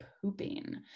pooping